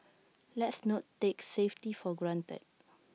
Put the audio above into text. let's not take safety for granted